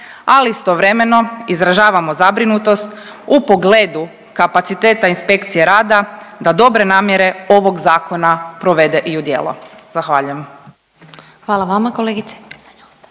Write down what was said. ali istovremeno, izražavamo zabrinutost u pogledu kapaciteta inspekcije rada da dobre namjere ovog Zakona provede i u djelo. Zahvaljujem. **Glasovac, Sabina